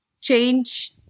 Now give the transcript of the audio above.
change